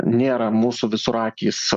nėra mūsų visur akys